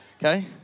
okay